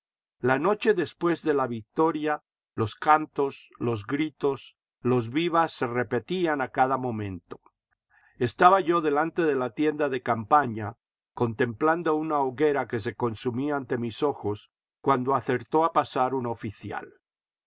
la noche después de la victoria los cantos los gritos los vivas se repetían a cada momento estaba yo delante de la tienda de campaña contemplando una hoguera que se consumía ante mis ojos cuando acertó a pasar un oficial